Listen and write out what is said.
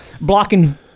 blocking